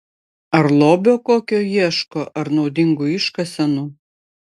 ar lobio kokio ieško ar naudingų iškasenų